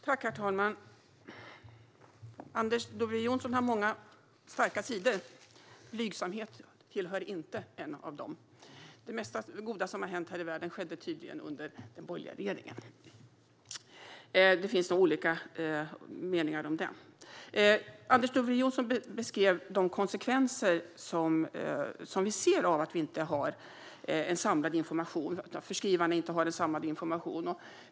Herr talman! Anders W Jonsson har många starka sidor. Blygsamhet är inte en av dem. Det mesta av det goda som har hänt här i världen skedde tydligen under den borgerliga regeringen. Det finns nog olika meningar om det. Anders W Jonsson beskrev de konsekvenser som vi ser av att förskrivarna inte har samlad information.